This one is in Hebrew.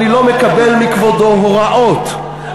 אני לא מקבל מכבודו הוראות.